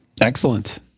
Excellent